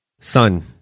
Son